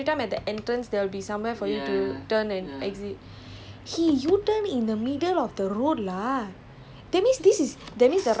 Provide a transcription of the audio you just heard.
then I said err okay just go in then you exit because on every time at the entrance there will be somewhere for you to turn and exit